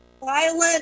violent